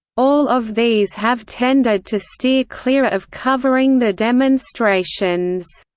all of these have tended to steer clear of covering the demonstrations